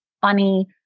funny